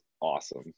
awesome